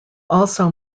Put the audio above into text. also